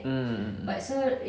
mm mm mm mm